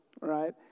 right